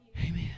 amen